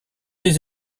les